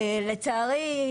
לצערי,